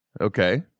Okay